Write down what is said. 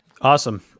Awesome